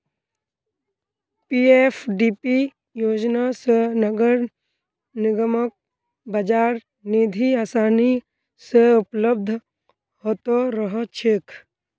PFDP योजना स नगर निगमक बाजार निधि आसानी स उपलब्ध ह त रह छेक